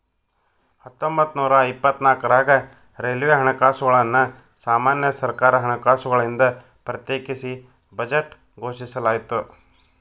ಹತ್ತೊಂಬತ್ತನೂರ ಇಪ್ಪತ್ನಾಕ್ರಾಗ ರೈಲ್ವೆ ಹಣಕಾಸುಗಳನ್ನ ಸಾಮಾನ್ಯ ಸರ್ಕಾರ ಹಣಕಾಸುಗಳಿಂದ ಪ್ರತ್ಯೇಕಿಸಿ ಬಜೆಟ್ ಘೋಷಿಸಲಾಯ್ತ